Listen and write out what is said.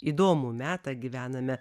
įdomų metą gyvename